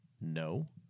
no